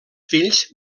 fills